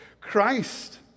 Christ